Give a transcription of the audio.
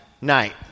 night